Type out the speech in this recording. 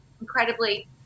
incredibly